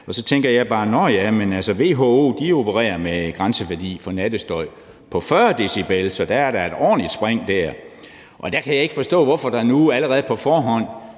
nå ja, men altså, WHO opererer med en grænseværdi for nattestøj på 40 dB, så der er da et ordentligt spring dér. Og der kan jeg ikke forstå, hvorfor der nu allerede på forhånd